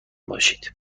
باشید